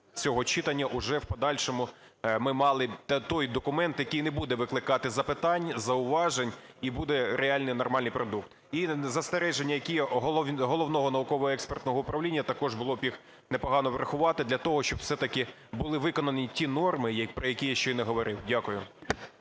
цього читання уже в подальшому ми мали той документ, який не буде викликати запитань, зауважень, і буде реальний, нормальний продукт. І застереження, які від Головного науково-експертного управління, також було б їх непогано врахувати для того, щоб все-таки були виконані норми, про які я щойно говорив. Дякую.